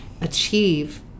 achieve